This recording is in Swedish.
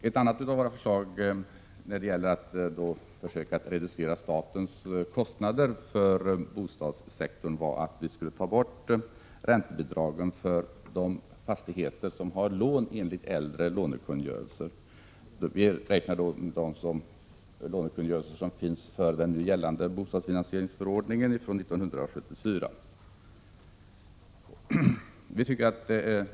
Ett annat av våra förslag när det gäller att reducera statens kostnader för bostadssektorn är att ta bort räntebidragen för de fastigheter som har lån enligt äldre lånekungörelser. Vi avser de lånekungörelser som tillkommit före den nu gällande bostadsfinansieringsförordningen från 1974.